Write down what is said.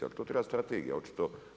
Ali to treba strategija očito.